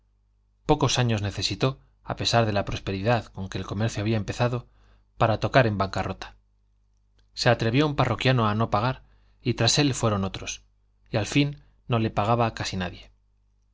pocos años necesitó a pesar de la prosperidad con que el comercio había empezado para tocar en la bancarrota se atrevió un parroquiano a no pagar y tras él fueron otros y al fin no le pagaba casi nadie